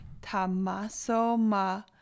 Tamasoma